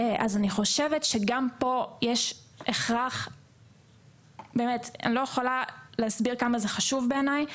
אני חושבת שגם כאן יש הכרח - אני לא יכולה להסביר כמה זה חשוב בעיניי